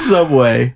Subway